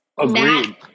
Agreed